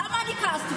למה אני כעסתי?